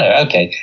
ah okay,